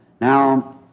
Now